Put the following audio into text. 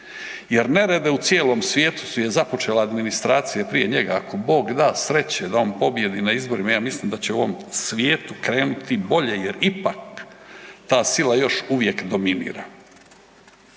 jer nerede u cijelom svijetu su je započele administracije prije njega, ako Bog da sreće da on pobjedi na izborima, ja mislim da će u ovom svijetu krenuti bolje jer ipak ta sila još uvijek dominira.